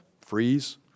freeze